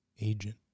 Agent